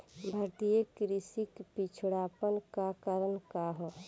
भारतीय कृषि क पिछड़ापन क कारण का ह?